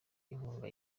inkunga